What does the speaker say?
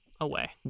Away